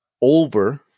over